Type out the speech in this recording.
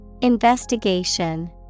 Investigation